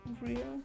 real